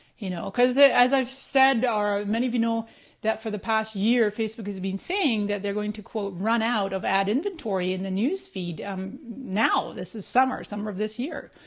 you know cause as i've said ah or ah many of you know that for the past year, facebook has been saying that they're going to run out of ad inventory in the news feed now, this is summer, summer of this year.